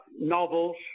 Novels